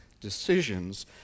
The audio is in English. decisions